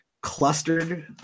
clustered